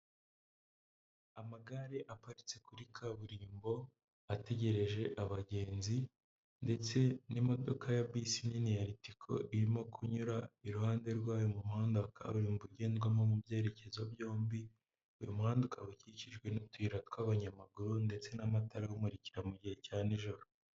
Amagare aparitse kuri kaburimbo ategereje abagenzi ndetse n'imodoka ya bisi nini ya ritiko irimo kunyura iruhande rwayo mu muhanda wa kaburimbo ugendwamo mu byerekezo byombi, uyu muhanda ukaba ukikijwe n'utuyira tw'abanyamaguru ndetse n'amatara abamurikira gihe cya nijoro.